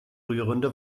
rührende